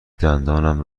دندانم